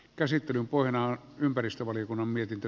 käsittelyn pohjana on ympäristövaliokunnan mietintö